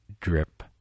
drip